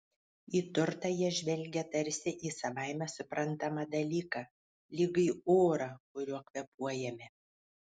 į turtą jie žvelgia tarsi į savaime suprantamą dalyką lyg į orą kuriuo kvėpuojame